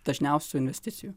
dažniausių investicijų